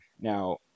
Now